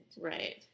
right